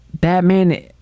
Batman